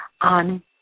on